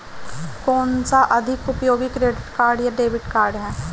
कौनसा अधिक उपयोगी क्रेडिट कार्ड या डेबिट कार्ड है?